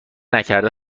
نکرده